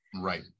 Right